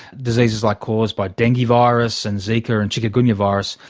diseases like caused by dengue virus and zika and chikungunya virus,